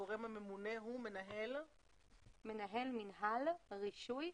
הגורם הממונה הוא מנהל מינהל רישוי,